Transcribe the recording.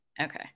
Okay